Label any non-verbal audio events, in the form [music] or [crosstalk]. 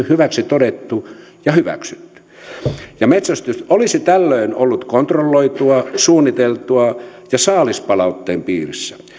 [unintelligible] hyväksi todettu ja hyväksytty metsästys olisi tällöin ollut kontrolloitua suunniteltua ja saalispalautteen piirissä